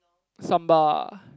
samba